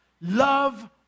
Love